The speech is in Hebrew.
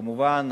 כמובן,